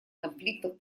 конфликтов